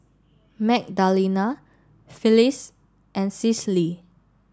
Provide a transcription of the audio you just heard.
Magdalena Phyllis and Cicely